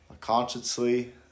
consciously